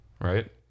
right